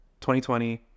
2020